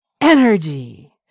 energy